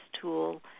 tool